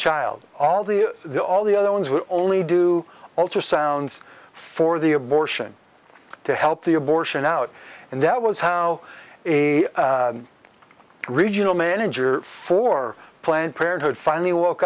child all the the all the other ones would only do alter sounds for the abortion to help the abortion out and that was how a regional manager for planned parenthood finally woke